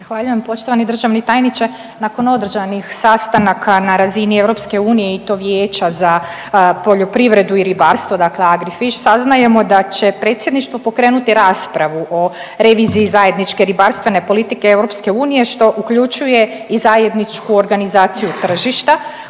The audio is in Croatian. Zahvaljujem. Poštovani državni tajniče, nakon održanih sastanaka na razini EU i to Vijeća za poljoprivredu i ribarstvo dakle AGRIFISH saznajemo da će predsjedništvo pokrenuti raspravu o reviziji Zajedničke ribarstvene politike EU, što uključuje i zajedničku organizaciju tržišta.